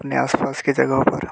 अपने आसपास के जगहों पर